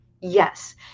Yes